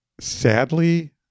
Sadly